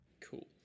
Cool